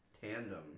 Tandem